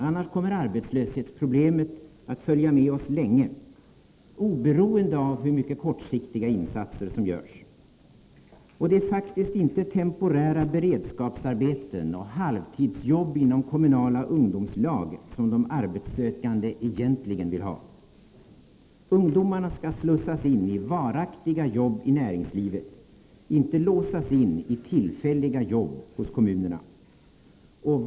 Annars kommer arbetslöshetsproblemet att följa med oss länge, oberoende av hur mycket kortsiktiga insatser som görs. Och det är faktiskt inte temporära beredskapsarbeten och halvtidsjobb inom kommunala ungdomslag som de arbetssökande egentligen vill ha. Ungdomarna skall slussas in i varaktiga jobbi näringslivet — inte låsas in i tillfälliga jobb hos kommunerna.